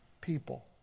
people